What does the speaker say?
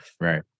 Right